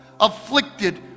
afflicted